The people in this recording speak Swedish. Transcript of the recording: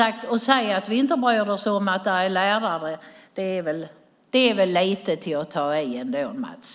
Att säga att vi inte bryr oss om att det ska finnas lärare är att ta i, Mats.